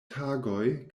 tagoj